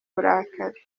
uburakari